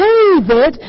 David